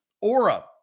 Aura